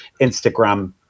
Instagram